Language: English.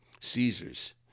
Caesars